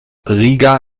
riga